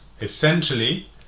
Essentially